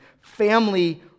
family